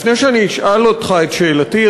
לפני שאני אשאל אותך את שאלתי,